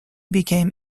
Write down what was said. became